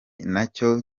nacyo